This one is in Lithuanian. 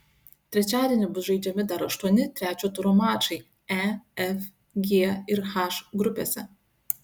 trečiadienį bus žaidžiami dar aštuoni trečio turo mačai e f g ir h grupėse